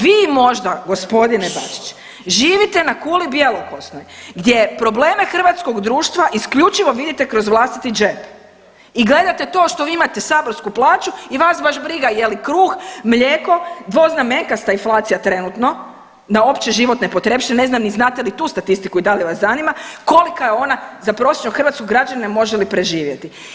Vi možda g. Bačić živite na kuli bjelokosnoj gdje probleme hrvatskog društva isključivo vidite kroz vlastiti džep i gledate to što vi imate saborsku plaću i vas baš briga je li kruh, mlijeko dvoznamenkasta inflacija trenutno na opće životne potrepštine, ne znam ni znate li tu statistiku i da li vas zanima, kolika je ona za prosječnog hrvatskog građanina i može li preživjeti.